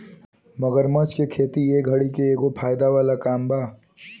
मगरमच्छ के खेती ए घड़ी के एगो फायदा वाला काम बा